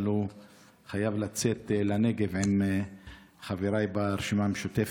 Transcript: אבל הוא חייב לצאת לנגב עם חבריי ברשימה המשותפת,